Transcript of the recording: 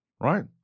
Right